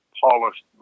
polished